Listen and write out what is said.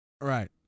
Right